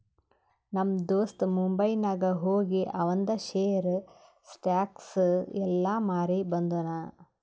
ನಮ್ ದೋಸ್ತ ಮುಂಬೈನಾಗ್ ಹೋಗಿ ಆವಂದ್ ಶೇರ್, ಸ್ಟಾಕ್ಸ್ ಎಲ್ಲಾ ಮಾರಿ ಬಂದುನ್